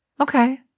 Okay